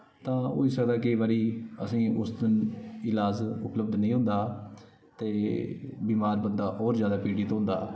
तां होई सकदा केईं बारी असें ई उस दिन इलाज उपलब्ध नेंई होंदा ते बीमार बंदा होर जादा पीड़ित होंदा हा